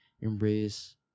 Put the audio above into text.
Embrace